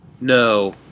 No